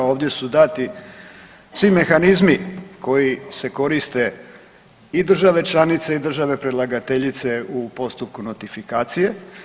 Ovdje su dati svi mehanizmi koji se koriste i države članice i države predlagateljice u postupu notifikacije.